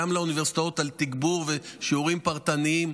גם לאוניברסיטאות לתגבור ושיעורים פרטניים.